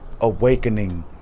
awakening